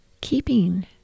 keeping